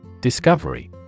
Discovery